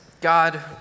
God